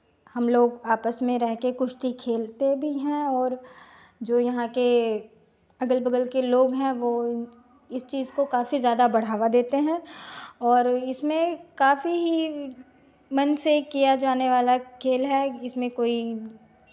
हमलोग आपस में रह कर कुश्ती खेलते भी हैं और जो यहाँ के अगल बगल के लोग हैं वो इस चीज़ को काफी ज़्यादा बढ़ावा देते हैं और इसमें काफी ही मन से किया जाने वाला खेल है इसमें कोई